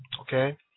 Okay